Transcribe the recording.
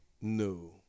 No